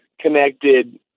connected